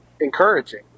encouraging